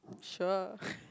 sure